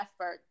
effort